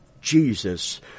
Jesus